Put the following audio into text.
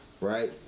right